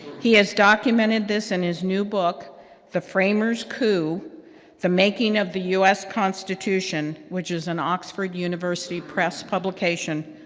he has documented this in his new book the framers' coup the making of the u s. constitution, which is an oxford university press publication,